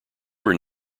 were